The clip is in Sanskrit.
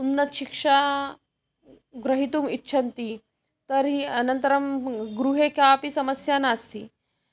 उन्नतशिक्षां ग्रहीतुम् इच्छन्ति तर्हि अनन्तरं गृहे कापि समस्या नास्ति